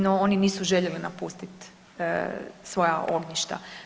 No, oni nisu željeli napustiti svoja ognjišta.